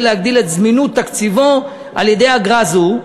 להגדיל את זמינות תקציבו על-ידי אגרה זו,